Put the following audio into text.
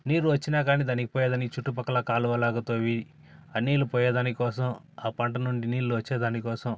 నీరు వచ్చినా గాని దానికి పోయేదానికి చుట్టుపక్కల కాలువలు ఆ నీళ్లు పోయేదాని కోసం ఆ పంట నుండి నీళ్లు వచ్చేదాని కోసం